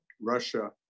Russia